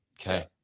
Okay